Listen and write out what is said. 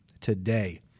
today